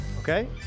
Okay